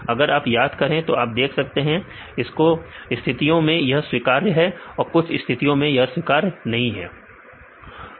अगर आप याद करें तो आप देख सकते हैं इसको स्थितियों मैं यह स्वीकार्य है और कुछ स्थिति में स्वीकार्य नहीं है